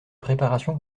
préparation